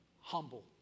humble